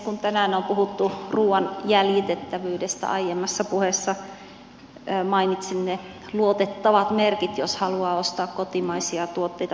kun tänään on puhuttu ruuan jäljitettävyydestä aiemmassa puheessa mainitsin ne luotettavat merkit jos haluaa ostaa kotimaisia tuotteita